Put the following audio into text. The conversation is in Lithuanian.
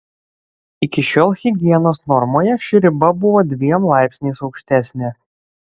iki šiol higienos normoje ši riba buvo dviem laipsniais aukštesnė